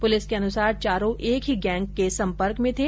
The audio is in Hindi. पुलिस के अनुसार चारों एक ही गैंग के सम्पर्क में थे